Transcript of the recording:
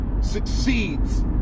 succeeds